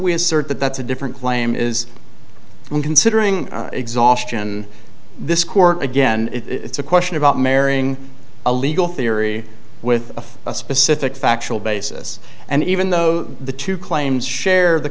we assert that that's a different claim is when considering exhaustion this court again it's a question about marrying a legal theory with a specific factual basis and even though the two claims share the